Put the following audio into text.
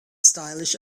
stylish